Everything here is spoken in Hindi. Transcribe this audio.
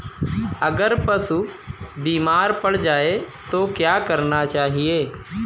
अगर पशु बीमार पड़ जाय तो क्या करना चाहिए?